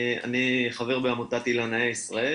אני חבר בעמותת "אילנאי ישראל",